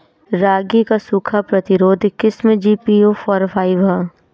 रागी क सूखा प्रतिरोधी किस्म जी.पी.यू फोर फाइव ह?